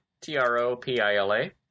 T-R-O-P-I-L-A